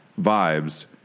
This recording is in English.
vibes